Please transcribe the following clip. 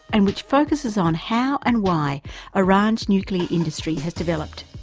and which focuses on how and why iran's nuclear industry has developed,